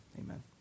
amen